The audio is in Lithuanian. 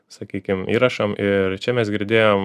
sakykim įrašam ir čia mes girdėjom